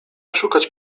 szukać